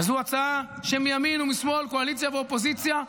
זו הצעה שמימין ומשמאל, קואליציה ואופוזיציה,